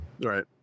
Right